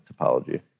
topology